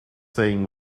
saying